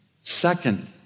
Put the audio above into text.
Second